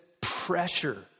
pressure